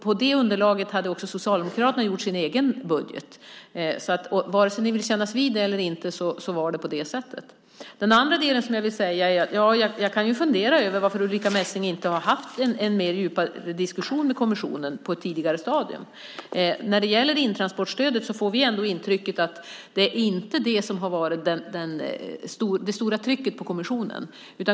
På det underlaget hade också Socialdemokraterna byggt sin egen budget. Vare sig ni vill kännas vid det eller inte var det på det sättet. Den andra delen som jag vill ta upp är att jag kan fundera över varför Ulrica Messing inte har haft en djupare diskussion med kommissionen på ett tidigare stadium. När det gäller intransportstödet får vi ändå intrycket att det inte är det som har varit det stora trycket på kommissionen.